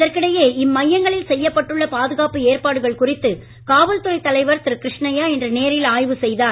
இதற்கிடையே இம்மையங்களில் செய்யப்பட்டுள்ள பாதுகாப்பு ஏற்பாடுகள் குறித்து காவல்துறை தலைவர் திரு கிருஷ்ணய்யா இன்று நேரில் ஆய்வு செய்தார்